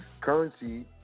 currency